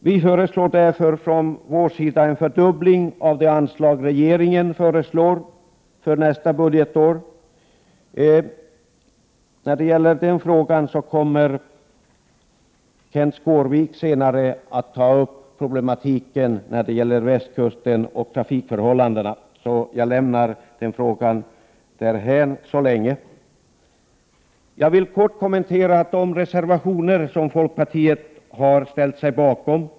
Vi föreslår därför en fördubbling av det anslag som regeringen anvisar för nästa budgetår. Kenth Skårvik kommer senare att ta upp problematiken när det gäller västkusten och trafikförhållandena, så jag lämnar den frågan därhän så länge. Jag vill kort kommentera de reservationer som folkpartiet har ställt sig bakom.